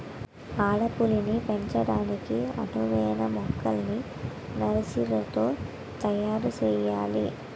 అడవుల్ని పెంచడానికి అనువైన మొక్కల్ని నర్సరీలో తయారు సెయ్యాలి